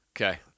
Okay